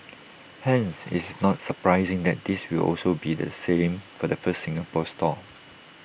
hence it's not surprising that this will also be the selling for the first Singapore store